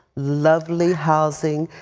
lovely housing.